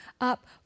up